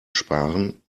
sparen